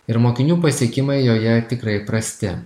ir mokinių pasiekimai joje tikrai prasti